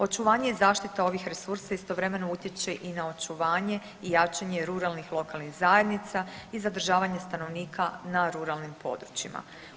Očuvanje i zaštita ovih resursa istovremeno utječe i na očuvanje i jačanje ruralnih lokalnih zajednica i zadržavanje stanovnika na ruralnim područjima.